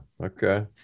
okay